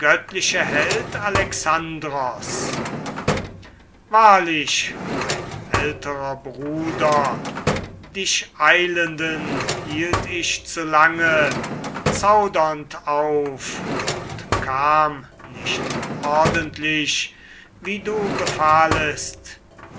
gehüllet wahrlich mein älterer bruder dich eilenden hielt ich zu lange zaudernd auf und kam nicht ordentlich wie du befahlest